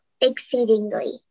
exceedingly